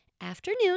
Afternoon